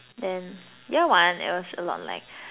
then year one it was a lot like